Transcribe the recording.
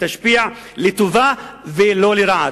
שתשפיע לטובה ולא לרעה.